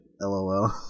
LOL